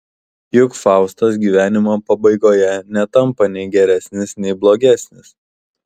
juk faustas gyvenimo pabaigoje netampa nei geresnis nei blogesnis